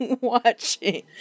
watching